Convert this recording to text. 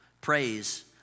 praise